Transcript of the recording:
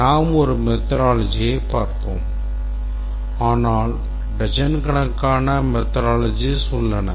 நாம் ஒரு methodology பார்ப்போம் ஆனால் டஜன்கணக்கான methodologies உள்ளன